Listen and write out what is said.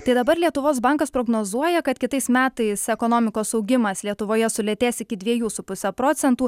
tai dabar lietuvos bankas prognozuoja kad kitais metais ekonomikos augimas lietuvoje sulėtės iki dviejų su puse procentų